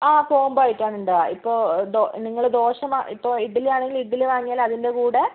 ആ കോംമ്പോ ആയിട്ടാണ് ഉണ്ടാ ഇപ്പോൾ ദോ നിങ്ങൾ ദോശ മ ഇപ്പോൾ ഇഡ്ഡ്ലിയാണെങ്കിലും ഇഡ്ഡ്ലി വാങ്ങിയാൽ അതിൻ്റെ കൂടെ